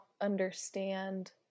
understand